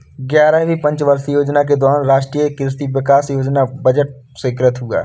ग्यारहवीं पंचवर्षीय योजना के दौरान राष्ट्रीय कृषि विकास योजना का बजट स्वीकृत हुआ